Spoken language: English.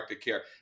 care